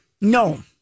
No